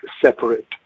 separate